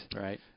Right